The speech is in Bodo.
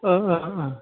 ओ ओ ओ